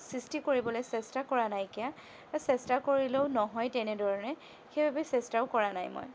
সৃষ্টি কৰিবলৈ চেষ্টা কৰা নাইকিয়া আৰু চেষ্টা কৰিলেও নহয় তেনেধৰণে সেইবাবে চেষ্টাও কৰা নাই মই